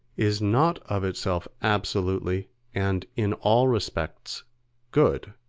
is not of itself absolutely and in all respects good,